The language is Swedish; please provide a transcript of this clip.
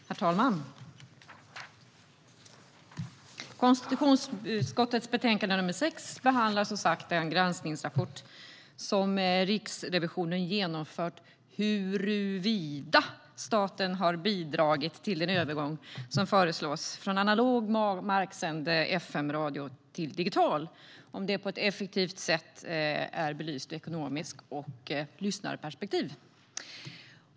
Herr talman! Konstitutionsutskottets betänkande nr 6 behandlar den granskningsrapport som Riksrevisionen genomfört om huruvida staten har bidragit till att den övergång som föreslås från analog marksänd fm-radio till digital på ett effektivt sätt belysts ur ett ekonomiskt perspektiv och ett lyssnarperspektiv.